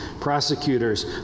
prosecutors